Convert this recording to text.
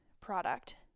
product